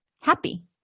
happy